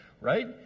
right